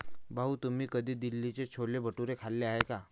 भाऊ, तुम्ही कधी दिल्लीचे छोले भटुरे खाल्ले आहेत का?